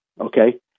okay